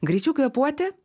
greičiau kvėpuoti